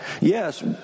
yes